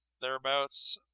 thereabouts